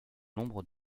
nombre